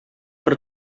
però